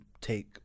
take